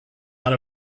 out